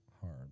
hard